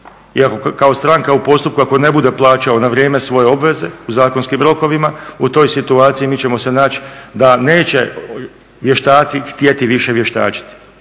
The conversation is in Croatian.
Iako kao stranka u postupku ako ne bude plaćao na vrijeme svoje obveze u zakonskim rokovima u toj situaciji mi ćemo se naći da neće vještaci htjeti više vještačiti.